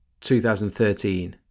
2013